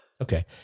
Okay